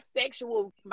sexual